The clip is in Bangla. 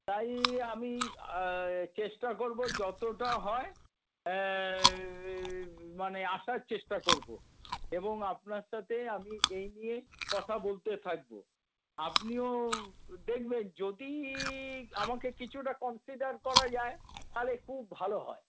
তাই আমি চেষ্টা করব যতটা হয় মানে আসার চেষ্টা করব এবং আপনার সাথে আমি এই নিয়ে কথা বলতে থাকব আপনিও দেখবেন যদি আমাকে কিছুটা কন্সিডার করা যায় তাহলে খুব ভালো হয়